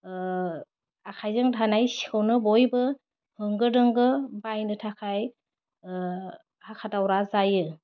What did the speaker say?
आखाइजों दानाय सिखौनो बयबो होंगो दोंगो बायनो थाखाय हाखा दावरा जायो